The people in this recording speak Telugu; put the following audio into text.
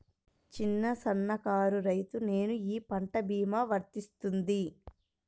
చిన్న సన్న కారు రైతును నేను ఈ పంట భీమా వర్తిస్తుంది?